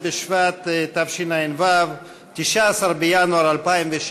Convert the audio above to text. ט' בשבט התשע"ו (19 בינואר 2016)